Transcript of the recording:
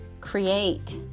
create